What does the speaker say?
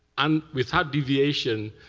and without deviation,